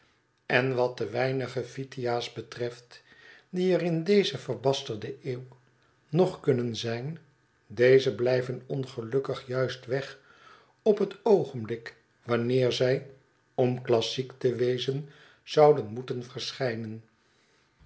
en wat de weinige pythias'en betreft die er in deze verbasterde eeuw nog kunnen zijn deze blijven ongelukkig juist weg op het oogenblik wanneer zij om klassiek te wezen zouden moeten verschijnen